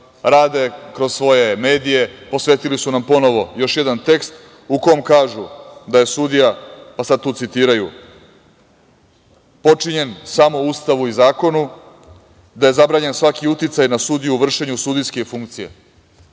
sali, kroz svoje medije, posvetili su nam ponovo još jedan tekst, u kome kažu da je sudija, sada tu citiraju - potčinjen samo Ustavu i zakonu, da je zabranjen svaki uticaj na sudiju u vršenju sudijske funkcije.